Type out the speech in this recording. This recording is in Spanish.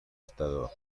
estadio